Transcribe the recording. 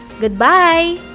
goodbye